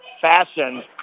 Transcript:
fashion